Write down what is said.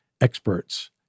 experts